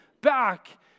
back